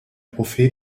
prophet